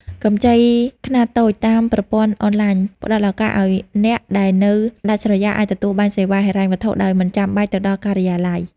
កម្ចីខ្នាតតូចតាមប្រព័ន្ធអនឡាញ ផ្ដល់ឱកាសឱ្យអ្នកដែលនៅដាច់ស្រយាលអាចទទួលបានសេវាហិរញ្ញវត្ថុដោយមិនចាំបាច់ទៅដល់ការិយាល័យ។